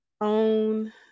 Own